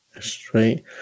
straight